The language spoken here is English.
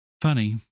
funny